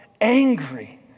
angry